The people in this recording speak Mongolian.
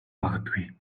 магадгүй